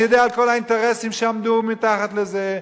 אני יודע על כל האינטרסים שעמדו מתחת לזה,